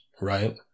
right